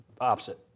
opposite